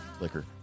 liquor